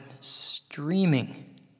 streaming